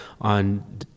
on